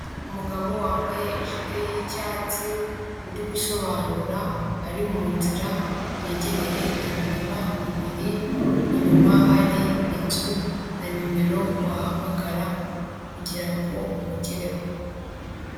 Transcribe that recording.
Umugabo wambaye ijile yi'cyatsi, uri gusobanura ari munzira yegereye imirima ibiri, inyuma hari inzu na numero wahamagara kugirango umugereho.